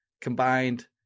combined